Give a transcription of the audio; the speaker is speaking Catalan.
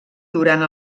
durant